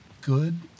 good